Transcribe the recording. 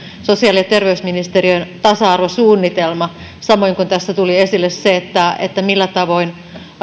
sosiaali ja terveysministeriön tasa arvosuunnitelma samoin kuin tässä tuli esille se millä tavoin